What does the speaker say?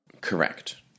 Correct